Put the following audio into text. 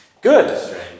Good